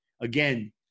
Again